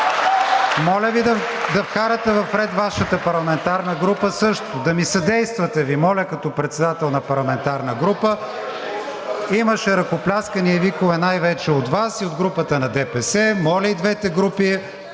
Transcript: Моля Ви да вкарате в ред Вашата парламентарна група! Да ми съдействате Ви моля като председател на парламентарна група. Имаше ръкопляскания и викове най-вече от Вас и от групата на ДПС. Моля и двете групи